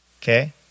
Okay